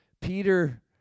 Peter